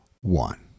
one